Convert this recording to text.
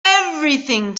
everything